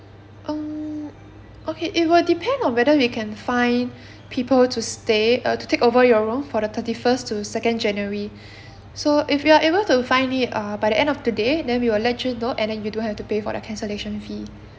um okay it will depend on whether we can find people to stay uh to take over your room for the thirty first to second january so if you are able to find it uh by the end of today then we will let you know and then you don't have to pay for the cancellation fee